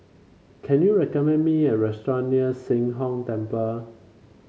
can you recommend me a restaurant near Sheng Hong Temple